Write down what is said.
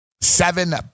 seven